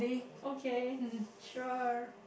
okay sure